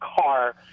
car